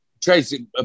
Tracy